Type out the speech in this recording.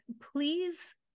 please